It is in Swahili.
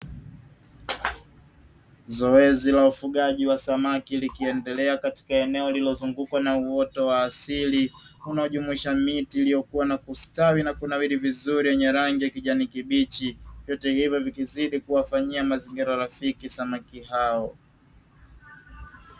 Zoezi la ufugaji wa samaki likiendelea katika eneo lililozungukwa na uoto wa asili unaojumuisha miti iliyokuwa na kustawi na kunawiri vizuri yenye rangi ya kijani kibichi. Vyote hivyo vikizidi kuwafanyia mazingira rafiki samaki hao.